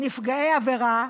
נפגעי עבירה,